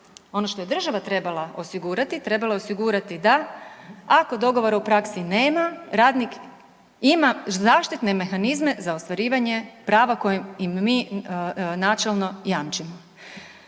Ono što je država trebala osigurati, trebala je osigurati da, ako dogovora u praksi nema, radnik ima zaštitne mehanizme za ostvarivanje prava koji im mi načelno jamčimo.